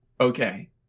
okay